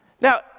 Now